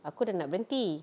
aku sudah nak berhenti